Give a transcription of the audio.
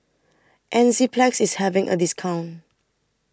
Enzyplex IS having A discount